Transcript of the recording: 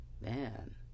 Man